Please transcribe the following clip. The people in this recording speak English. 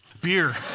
Beer